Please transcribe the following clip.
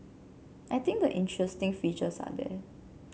I think the interesting features are there